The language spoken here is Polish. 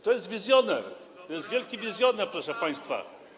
To jest wizjoner, to jest wielki wizjoner, proszę państwa.